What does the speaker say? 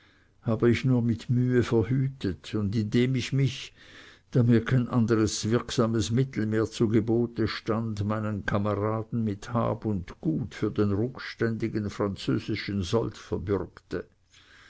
habe ich nur mit mühe verhütet und indem ich mich da mir kein anderes wirksames mittel mehr zu gebote stand meinen kameraden mit hab und gut für den rückständigen französischen sold verbürgte